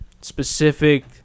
specific